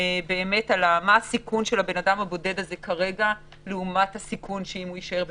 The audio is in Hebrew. על הסיכון של הבן אדם הבודד הזה כרגע לעומת הסיכון שהוא יישאר במלונית,